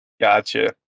gotcha